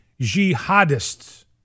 jihadists